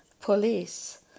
police